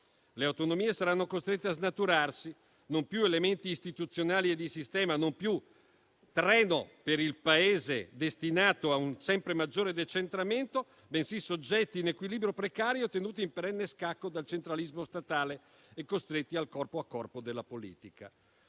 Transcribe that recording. Le autonomie saranno costrette a snaturarsi: non più elementi istituzionali e di sistema, non più treno per il Paese destinato a un sempre maggiore decentramento, bensì soggetti in equilibrio precario, tenuti in perenne scacco dal centralismo statale e costretti al corpo a corpo della politica.